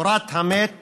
קבורת המת